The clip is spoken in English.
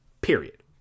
Period